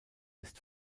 ist